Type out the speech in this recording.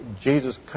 Jesus